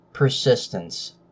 persistence